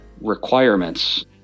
requirements